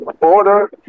order